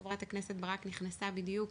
חברת הכנסת ברק נכנסה בדיוק